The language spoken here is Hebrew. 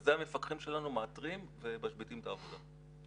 זה המפקחים שלנו מאתרים ומשביתים את העבודה.